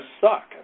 suck